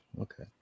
okay